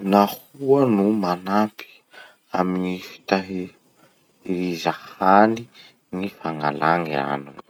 Nahoa no manampy amy gny fitahi riza hany ny fangalagny rano?